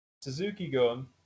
Suzuki-gun